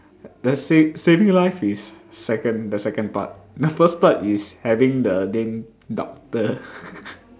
the save saving life is second the second part the first part is having the name doctor